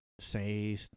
say